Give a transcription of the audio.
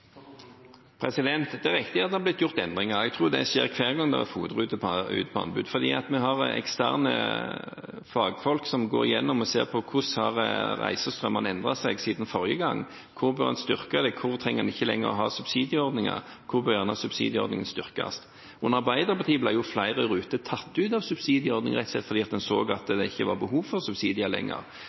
er riktig at det har blitt gjort endringer. Jeg tror det skjer hver gang FOT-ruter er ute på anbud, fordi vi har eksterne fagfolk som går igjennom og ser på hvordan reisestrømmene har endret seg siden forrige gang: Hvor kan en styrke det, hvor trenger en ikke lenger å ha subsidieordninger, og hvor kan gjerne subsidieordningen styrkes? Under Arbeiderpartiet ble flere ruter tatt ut av subsidieordningen, rett og slett fordi en så at det ikke var behov for subsidier lenger.